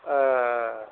ए